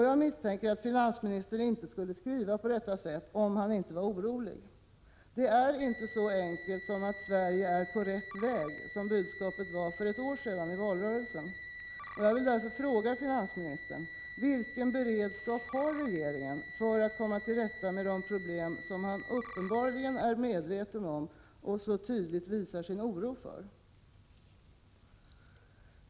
Jag misstänker att finansministern inte skulle skriva på detta sätt om haniinte var orolig. Det är inte så enkelt som att Sverige är ”på rätt väg”, som budskapet var för ett år sedan i valrörelsen. Jag vill därför fråga finansministern: Vilken beredskap har regeringen för att komma till rätta med de problem man uppenbarligen är medveten om och så tydligt visar sin oro för?